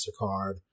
MasterCard